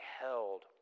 held